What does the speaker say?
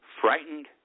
Frightened